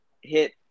hit